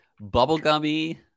bubblegummy